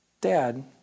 Dad